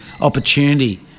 opportunity